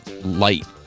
light